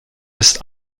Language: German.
ist